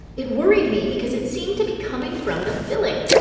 it worried me because it seemed to be coming from the filling.